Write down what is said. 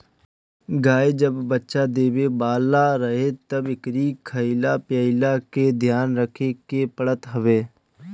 गाई जब बच्चा देवे वाला रहे तब एकरी खाईला पियला के ध्यान रखे के पड़त हवे